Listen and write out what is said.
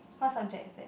what subject is that